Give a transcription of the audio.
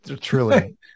Truly